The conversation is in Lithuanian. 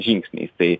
žingsniais tai